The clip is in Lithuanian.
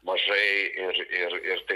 mažai ir ir ir tai